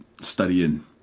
studying